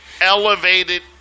elevated